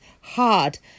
hard